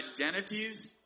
identities